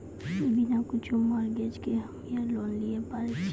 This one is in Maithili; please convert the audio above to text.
बिना कुछो मॉर्गेज के हम्मय लोन लिये पारे छियै?